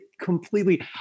completely